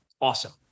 Awesome